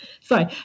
Sorry